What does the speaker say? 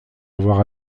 avoir